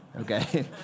okay